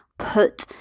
put